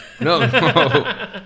No